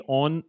on